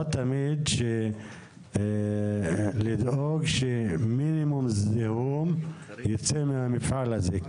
תמיד לדאוג שמינימום זיהום ייצא מהמפעל הזה,